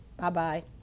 Bye-bye